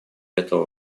этого